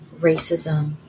racism